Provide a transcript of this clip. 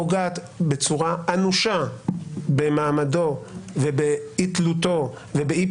פוגעת בצורה אנושה במעמדו ובאי תלותו ובאי